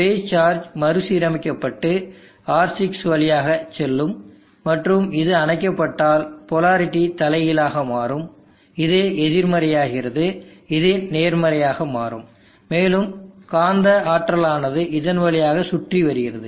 base charges மறுசீரமைக்கப்பட்டு R6 வழியாக செல்லும் மற்றும் இது அணைக்கப்பட்டால் போலாரிடி தலைகீழாக மாறும் இது எதிர்மறையாகிறது இது நேர்மறையாக மாறும் மேலும் காந்த ஆற்றலானது இதன் வழியாக சுற்றி வருகிறது